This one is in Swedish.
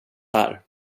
här